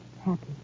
happy